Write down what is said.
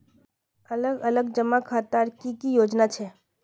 अलग अलग जमा खातार की की योजना छे?